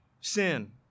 sin